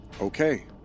Okay